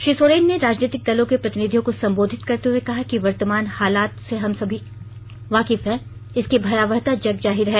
श्री सोरेन ने राजनीतिक दलों के प्रतिनिधियों को संबोधित करते हुए कहा कि वर्तमान हालात से हम सभी वाकिफ हैं इसकी भयावहता जग जाहिर है